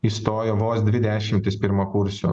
įstojo vos dvi dešimtys pirmakursių